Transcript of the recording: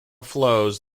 flows